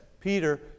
Peter